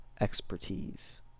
expertise